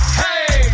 hey